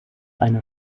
eine